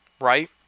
right